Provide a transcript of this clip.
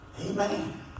Amen